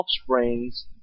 offsprings